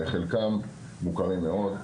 חלקם מוכרים מאוד,